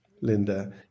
Linda